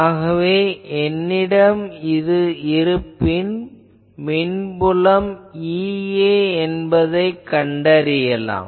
ஆகவே என்னிடம் இது இருப்பின் மின்புலம் EA என்பதைக் கண்டறியலாம்